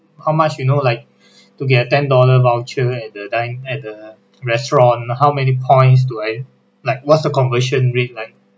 how much you know like to get a ten dollar voucher at the din~ at the restaurant how many points do I like what's the conversion rate like